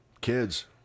kids